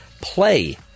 play